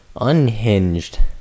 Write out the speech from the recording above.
unhinged